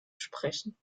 sprechen